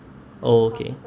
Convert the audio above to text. oh okay